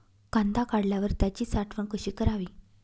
कांदा काढल्यावर त्याची साठवण कशी करावी?